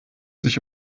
sich